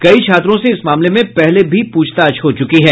कई छात्रों से इस मामले में पहले भी पूछताछ हो चुकी है